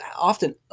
often